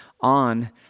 on